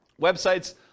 websites